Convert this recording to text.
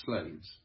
slaves